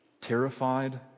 terrified